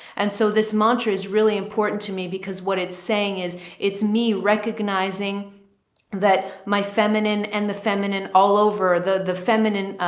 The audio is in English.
and so this mantra is really important to me because what it's saying is it's me recognizing that my feminine and the feminine all over the, the feminine,